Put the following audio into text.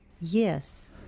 yes